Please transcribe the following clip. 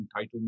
entitlement